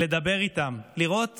לדבר איתן, לראות